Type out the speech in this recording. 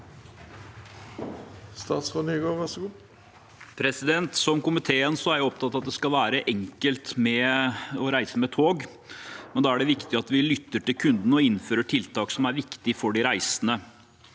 I likhet med komiteen er jeg opptatt av at det skal være enkelt å reise med tog. Da er det viktig at vi lytter til kundene og innfører tiltak som er viktige for de reisende.